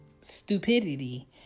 stupidity